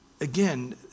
again